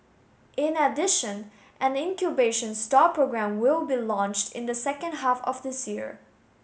in addition an incubation stall programme will be launched in the second half of this year